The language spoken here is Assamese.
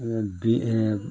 বি